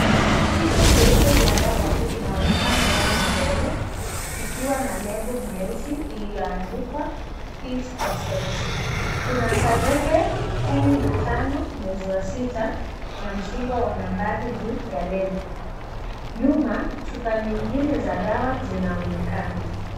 Chupa cheupe cha dawa kinaonekana wazi mbele, kikiwa na lebo nyeusi iliyoandikwa, Pills For Sex . kuna tarehe kumi na tano mwezi wa sita, na msimbo wa nambari juu ya lebo. Nyuma chupa nyingine za dawa zinaonekana.